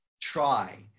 try